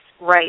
right